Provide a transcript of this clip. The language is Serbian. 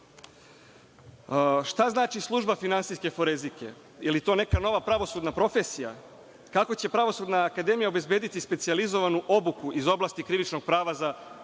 znači služba finansijske forenzike? Je li to neka nova pravosudna profesija? Kako će Pravosudna akademija obezbediti specijalizovanu obuku iz oblasti krivičnog prava za